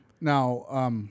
Now –